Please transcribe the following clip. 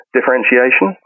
differentiation